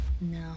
No